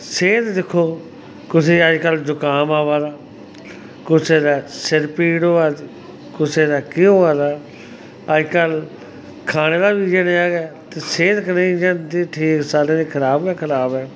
सेह्त दिक्खो कुसै गी अजकल्ल जुकाम आवा दा कुसै दे सिर पीड़ होआ दी कुसै दे केह् होआ दा अजकल्ल खाने दा बी इ'यै नेहा गै ते सेह्त कनेही इ'यां इं'दी ठीक साढ़ी ते खराब गै खराब ऐ